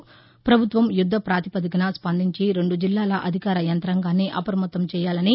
పభుత్వం యుద్దపాతిపదికన స్పందించిరెండు జిల్లాల అధికార యంత్రాంగాన్ని అపమత్తం చేయాలని